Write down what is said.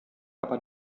aber